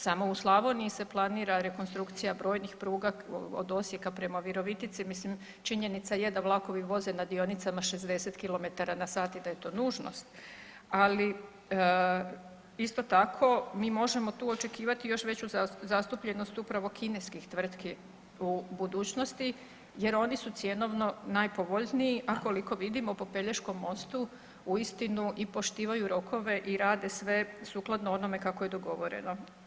Samo u Slavoniji se planira rekonstrukcija brojnih pruga, od Osijeka prema Virovitici, mislim, činjenica je da vlakovi voze na dionicama 60 km/h i da je to nužnost, ali isto tako, mi možemo tu očekivati još veću zastupljenost upravo kineskih tvrtki u budućnosti jer oni su cjenovno najpovoljniji, a koliko vidimo, po Pelješkom mostu, uistinu i poštivaju rokove i rade sve sukladno onome kako je dogovoreno.